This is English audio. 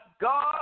God